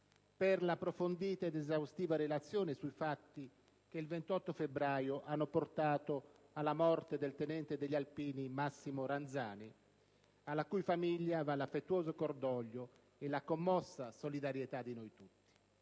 per l'approfondita ed esaustiva relazione sui fatti che il 28 febbraio hanno portato alla morte del tenente degli alpini, Massimo Ranzani, alla cui famiglia va l'affettuoso cordoglio e la commossa solidarietà di noi tutti.